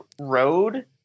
road